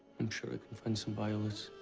i'm sure i can find some violets.